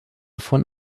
von